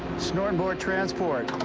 snortn boar transport.